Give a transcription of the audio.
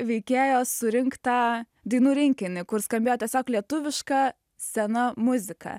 veikėjo surinktą dainų rinkinį kur skambėjo tiesiog lietuviška sena muzika